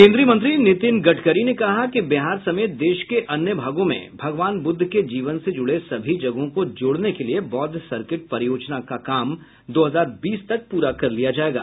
केंद्रीय मंत्री नितिन गड़करी ने कहा कि बिहार समेत देश के अन्य भागों में भगवान बुद्ध के जीवन से जुड़े सभी जगहों को जोड़ने के लिए बौद्ध सर्किट परियोजना का काम दो हजार बीस तक पूरा कर लिया जायेगा